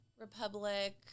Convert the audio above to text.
Republic